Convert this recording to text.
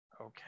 Okay